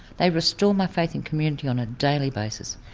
they restore my faith in community on a daily basis.